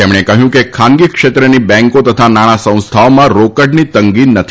તેમણે કહ્યું કે ખાનગી ક્ષેત્રની બેંકો તથા નાણાં સંસ્થાઓમાં રોકડની તંગી નથી